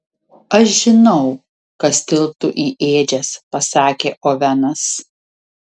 aš žinau kas tilptu į ėdžias pasakė ovenas